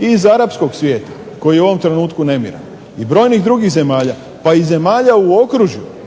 i iz arapskog svijeta koji je u ovom trenutku nemiran i brojnih drugih zemalja, pa i zemalja u okružju